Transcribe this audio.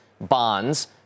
bonds